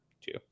two